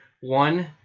One